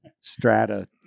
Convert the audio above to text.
strata